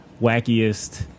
wackiest